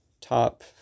top